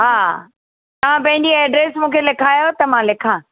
हा तव्हां पंहिंजी एड्रैस मूंखे लिखायो त मां लिखां